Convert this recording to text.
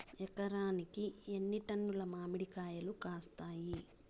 ఎకరాకి ఎన్ని టన్నులు మామిడి కాయలు కాస్తాయి?